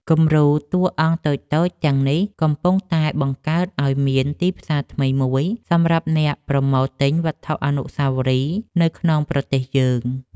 គំរូតួអង្គតូចៗទាំងនេះកំពុងតែបង្កើតឱ្យមានទីផ្សារថ្មីមួយសម្រាប់អ្នកប្រមូលទិញវត្ថុអនុស្សាវរីយ៍នៅក្នុងប្រទេសយើង។